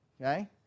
okay